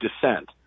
dissent